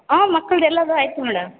ಆಂ ಮಕ್ಕಳ್ದು ಎಲ್ಲರ್ದು ಆಯ್ತು ಮೇಡಮ್